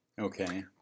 Okay